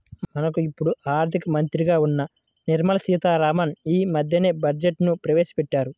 మనకు ఇప్పుడు ఆర్థిక మంత్రిగా ఉన్న నిర్మలా సీతారామన్ యీ మద్దెనే బడ్జెట్ను ప్రవేశపెట్టారు